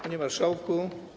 Panie Marszałku!